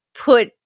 put